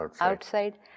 Outside